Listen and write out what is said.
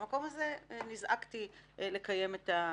מהמקום הזה נזעקתי לקיים את הדיון.